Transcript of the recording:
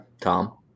Tom